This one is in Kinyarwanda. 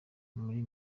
muri